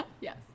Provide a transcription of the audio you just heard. Yes